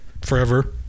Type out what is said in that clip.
forever